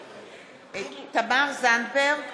(קוראת בשם חברת הכנסת) תמר זנדברג,